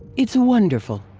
it's wonderful!